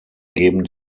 geben